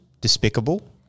despicable